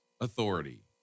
authority